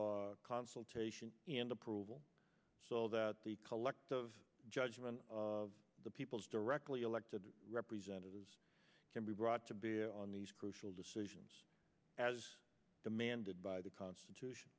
of consultation and approval so that the collective of judgment of the peoples directly elected representatives can be brought to bear on these crucial decisions as demanded by the constitution